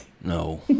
no